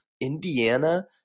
Indiana